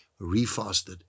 refasted